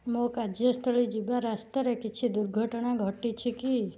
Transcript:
ମୋ କାର୍ଯ୍ୟସ୍ଥଳୀ ଯିବା ରାସ୍ତାରେ କିଛି ଦୁର୍ଘଟଣା ଘଟିଛି କି